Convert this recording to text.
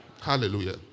Hallelujah